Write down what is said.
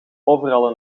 overal